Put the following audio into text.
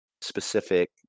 specific